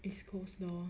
East Coast lor